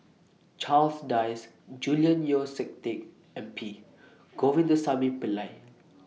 Charles Dyce Julian Yeo See Teck and P Govindasamy Pillai